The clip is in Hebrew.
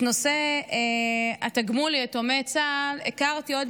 את נושא התגמול ליתומי צה"ל הכרתי עוד